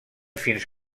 fins